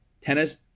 tennis